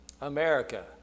America